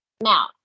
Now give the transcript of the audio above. Now